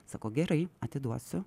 sako gerai atiduosiu